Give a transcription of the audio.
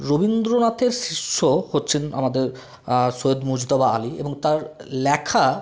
রবীন্দ্রনাথের শিষ্য হচ্ছেন আমাদের সৈয়দ মুজতবা আলি এবং তার লেখা